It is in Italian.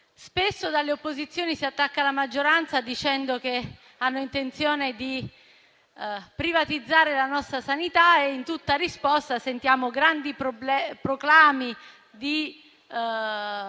Spesso dalle opposizioni si attacca la maggioranza, dicendo che hanno intenzione di privatizzare la nostra sanità e, in tutta risposta, sentiamo grandi proclami di